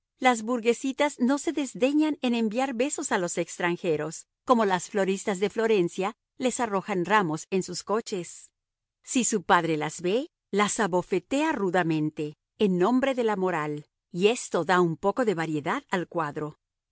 las burguesitas no se desdeñan en enviar besos a los extranjeros como las floristas de florencia les arrojan ramos en sus coches si su padre las ve las abofetea rudamente en nombre de la moral y esto da un poco de variedad al cuadro